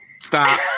Stop